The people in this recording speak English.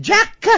Jack